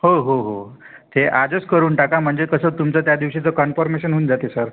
हो हो हो ते आजच करून टाका म्हणजे कसं तुमचं त्या दिवशीचं कन्पॉर्मेशन होऊन जाते सर